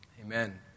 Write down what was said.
Amen